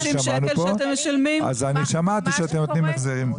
ששמענו פה אז שמעתי שאתם נותנים החזרים.